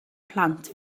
plant